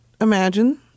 imagine